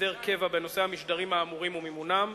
הסדר קבע בנושא המשדרים האמורים ומימונם.